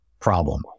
problem